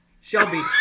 Shelby